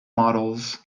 models